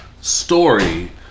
story